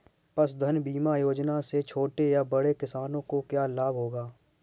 पशुधन बीमा योजना से छोटे या बड़े किसानों को क्या लाभ होगा?